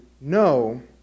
No